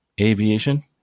aviation